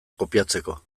kopiatzeko